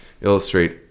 illustrate